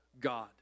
God